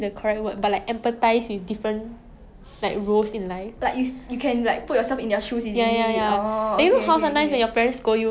so I think quite nice lah like like you help you to empathise more and put yourself in different person shoe